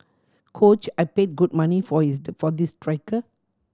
coach I paid good money for his for this striker